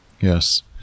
Yes